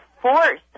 force